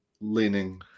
leaning